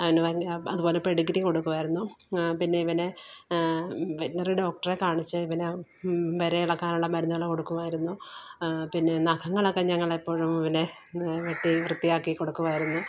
അവന് ഭയങ്കര അതുപോലെ പെഡിഗ്രി കൊടുക്കുവായിരുന്നു പിന്നെ ഇവനെ വെറ്റിനറി ഡോക്ടറെ കാണിച്ച് ഇവന് വിര ഇളകാനുള്ള മരുന്നുകള് കൊടുക്കുവായിരുന്നു പിന്നെ നഖങ്ങളൊക്കെ ഞങ്ങളെപ്പോഴും പിന്നെ വെട്ടി വൃത്തിയാക്കി കൊടുക്കുവായിരുന്നു